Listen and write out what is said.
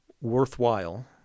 worthwhile